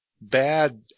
bad